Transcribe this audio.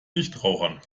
nichtrauchern